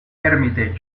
hermitage